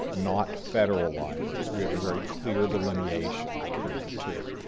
not federal libraries. we have a very clear delineation between the two.